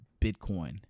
bitcoin